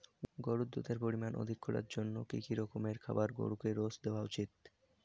গরুর দুধের পরিমান অধিক করার জন্য কি কি রকমের খাবার গরুকে রোজ দেওয়া উচিৎ?